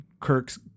Kirk's